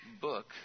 Book